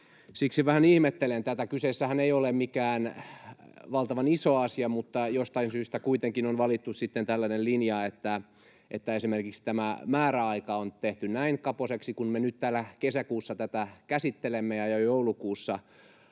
siksi vähän ihmettelen tätä. Kyseessähän ei ole mikään valtavan iso asia, mutta jostain syystä kuitenkin on valittu sitten tällainen linja, että esimerkiksi tämä määräaika on tehty näin kapoiseksi, kun me nyt täällä kesäkuussa tätä käsittelemme ja jo joulukuussa